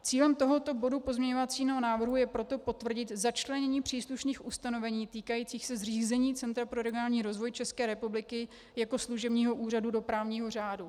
Cílem tohoto bodu pozměňovacího návrhu je proto potvrdit začlenění příslušných ustanovení týkajících se zřízení Centra pro regionální rozvoj České republiky jako služebního úřadu do právního řádu.